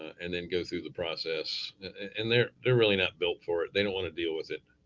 and then go through the process and they're they're really not built for it. they don't want to deal with it.